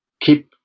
keep